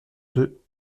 deux